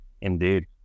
Indeed